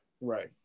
Right